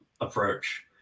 approach